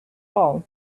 all